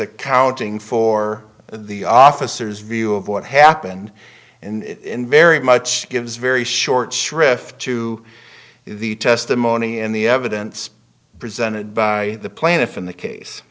accounting for the officers view of what happened in very much gives very short shrift to the testimony and the evidence presented by the plaintiff in the case